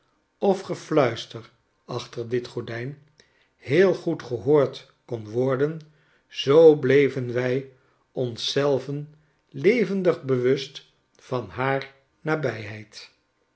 of gefluister achter dit gordijn heel goed gehoord kon worden zoo bleven wij ons zelven levendig bewust van haar nabijheid